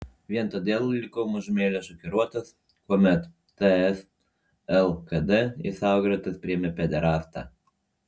vien todėl likau mažumėlę šokiruotas kuomet ts lkd į savo gretas priėmė pederastą